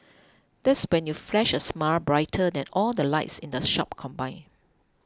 that spend you flash a smile brighter than all the lights in the shop combined